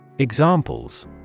Examples